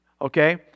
okay